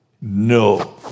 No